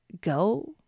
go